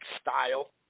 style